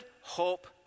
hope